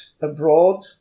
abroad